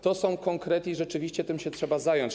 To są konkrety i rzeczywiście tym się trzeba zająć.